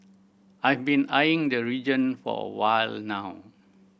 I've been eyeing the region for a while now